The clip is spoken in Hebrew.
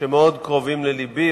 שמאוד קרובים ללבי.